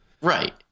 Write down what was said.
right